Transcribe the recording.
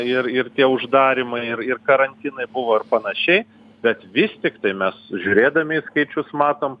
ir ir tie uždarymai ir ir karantinai buvo ir panašiai bet vis tiktai mes žiūrėdami į skaičius matom